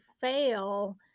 fail